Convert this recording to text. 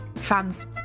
fans